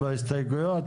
לדון בהסתייגויות?